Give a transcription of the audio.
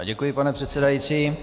Děkuji, pane předsedající.